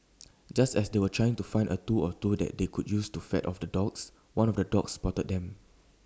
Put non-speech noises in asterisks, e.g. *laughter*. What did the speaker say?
*noise* just as they were trying to find A tool or two that they could use to fend off the dogs one of the dogs spotted them